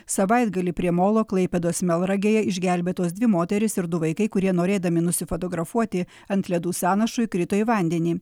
savaitgalį prie molo klaipėdos melnragėje išgelbėtos dvi moterys ir du vaikai kurie norėdami nusifotografuoti ant ledų sąnašų įkrito į vandenį